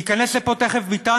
ייכנס לפה תכף ביטן,